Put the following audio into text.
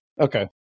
Okay